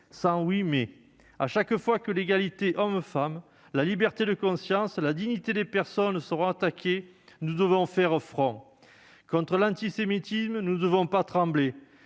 sans « oui, mais ...». Chaque fois que l'égalité hommes-femmes, la liberté de conscience et la dignité des personnes seront attaquées, nous devrons faire front. Contre l'antisémitisme, nous ne devons pas trembler.